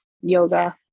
yoga